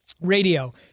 Radio